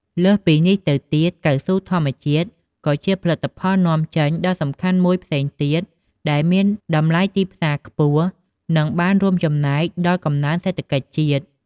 លើសពីនេះទៅទៀត កៅស៊ូធម្មជាតិ ក៏ជាផលិតផលនាំចេញដ៏សំខាន់មួយផ្សេងទៀត ដែលមានតម្លៃទីផ្សារខ្ពស់ និងបានរួមចំណែកដល់កំណើនសេដ្ឋកិច្ចជាតិ។